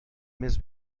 més